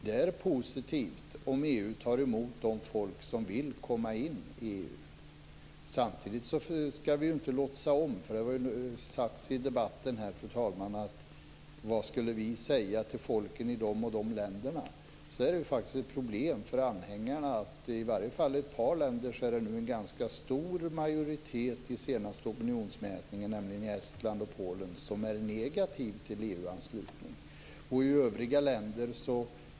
Det är positivt om EU tar emot de folk som vill komma med i EU. Samtidigt ska vi inte glömma - och det har ju sagts här i debatten - att det är ett problem för anhängarna i ett par av länderna, i Estland och Polen, där de senaste opinionsundersökningarna visar att det finns en stor majoritet som är negativ till en EU-anslutning.